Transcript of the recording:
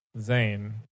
Zane